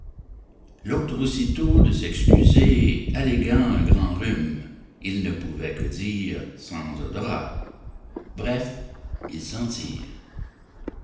l'autre aussitôt de s'excuser alléguant un grand rhume il ne pouvait que dire sans odorat bref il s'en tire